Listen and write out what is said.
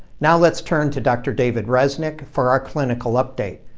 now let's turn to dr. david reznik for our clinical update.